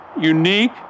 unique